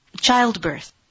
childbirth